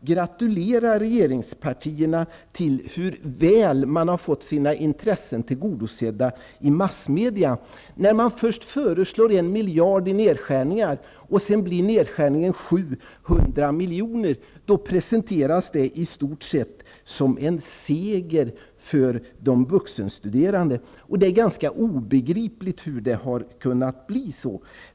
gratulera regeringspartierna till att de så väl har fått sina intressen tillgodosedda i massmedia. När man hade föreslagit 1 miljard i nedskärningar och det sedan blev 700 miljoner, presenterades det i stort sett som en seger för de vuxenstuderande. Det är ganska obegripligt att det har kunnat bli så.